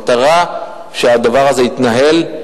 המטרה היא שהדבר הזה יתנהל,